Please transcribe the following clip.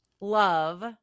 love